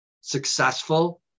successful